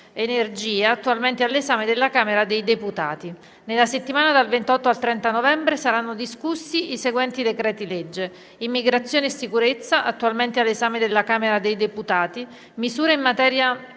energia, attualmente all'esame della Camera dei deputati. Nella settimana dal 28 al 30 novembre saranno discussi i seguenti decreti-legge: immigrazione e sicurezza, attualmente all'esame della Camera dei deputati; misure in materia